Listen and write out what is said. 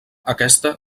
aquesta